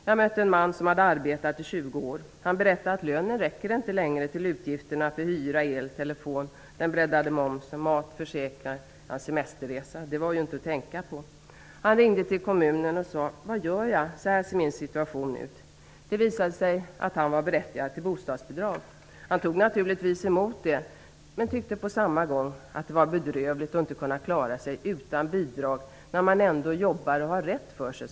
Jag mötte en man som hade arbetat i 20 år. Han berättade att lönen inte längre räckte till utgifterna för hyra och telefon, den breddade momsen, mat och försäkringar. Semesterresa var det inte att tänka på. Han ringde till kommunen och undrade vad han skulle göra. Så såg hans situation ut. Det visade sig att han var berättigad till bostadsbidrag. Han tog naturligtvis emot det, men han tyckte på samma gång att det var bedrövligt att inte kunna klara sig utan bidrag när man ändå jobbar och gör rätt för sig.